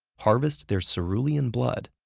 harvest their cerulean blood,